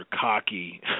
cocky